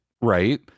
right